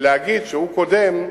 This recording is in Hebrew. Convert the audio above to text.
ולהגיד שהוא קודם,